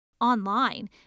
Online